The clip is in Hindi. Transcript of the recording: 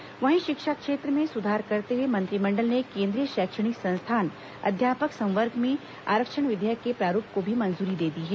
लिए वहीं शिक्षा क्षेत्र में सुधार करते हुए मंत्रिमंडल ने केंद्रीय शैक्षणिक संस्थान अध्यापक समवर्ग में आरक्षण विधेयक के प्रारूप को भी मंजूरी दे दी है